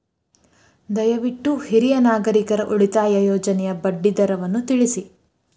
ದಯವಿಟ್ಟು ಹಿರಿಯ ನಾಗರಿಕರ ಉಳಿತಾಯ ಯೋಜನೆಯ ಬಡ್ಡಿ ದರವನ್ನು ತಿಳಿಸಿ